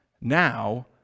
Now